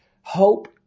hope